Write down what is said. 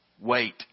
Wait